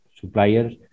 suppliers